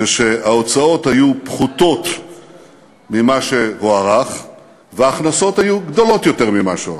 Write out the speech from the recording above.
זה שההוצאות היו פחותות ממה שהוערך וההכנסות היו גדולות ממה שהוערך.